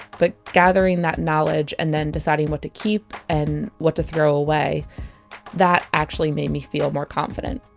but gathering that knowledge and then deciding what to keep and what to throw away that actually made me feel more confident.